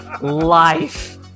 life